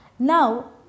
Now